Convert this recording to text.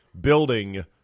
Building